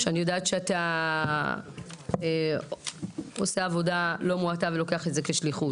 אני יודעת שאתה עושה עבודה לא מועטה ולוקח את זה כשליחות.